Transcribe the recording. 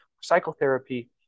psychotherapy